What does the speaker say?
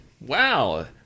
Wow